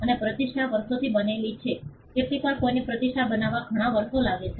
અને પ્રતિષ્ઠા વર્ષોથી બનેલી છે કેટલીકવાર કોઈની પ્રતિષ્ઠા બનાવવામાં ઘણા વર્ષો લાગે છે